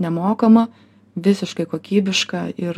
nemokama visiškai kokybiška ir